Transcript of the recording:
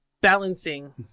balancing